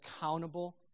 accountable